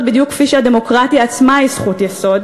בדיוק כפי שהדמוקרטיה עצמה היא זכות יסוד,